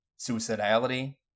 suicidality